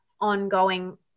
ongoing